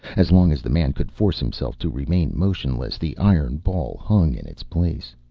as long as the man could force himself to remain motionless the iron ball hung in its place.